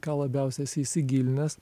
ką labiausiai esi įsigilinęs